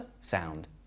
sound